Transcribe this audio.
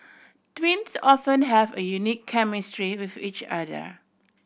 twins often have a unique chemistry with each other